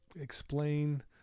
Explain